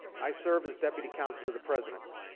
i serve as deputy counsel to the president.